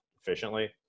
efficiently